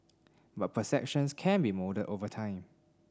but perceptions can be moulded over time